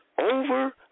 over